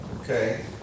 Okay